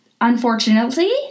unfortunately